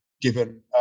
given